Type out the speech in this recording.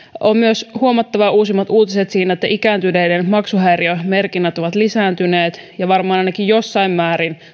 on myös huomattava uusimmat uutiset siitä että ikääntyneiden maksuhäiriömerkinnät ovat lisääntyneet ja maksuhäiriömerkintöjen taustalla on varmaan ainakin jossain määrin